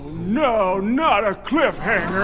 no, not a cliffhanger